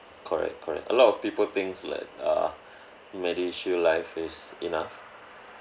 correct correct a lot of people thinks like err medishield life is enough